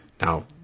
Now